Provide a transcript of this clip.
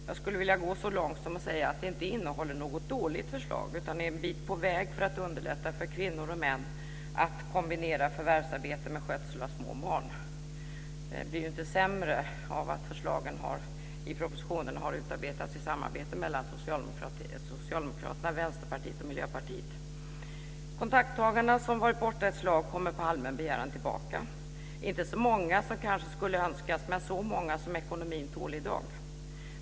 Jag skulle vilja gå så långt som att säga att det inte innehåller något dåligt förslag utan är en bit på väg för att underlätta för kvinnor och män att kombinera förvärvsarbete med skötsel av små barn. Det blir ju inte sämre av att förslagen i propositionen har utarbetats i samarbete mellan Socialdemokraterna, Vänsterpartiet och Miljöpartiet. Kontaktdagarna, som varit borta ett slag, kommer på allmän begäran tillbaka. Det är inte så många som kanske skulle önskas men så många som ekonomin tål i dag.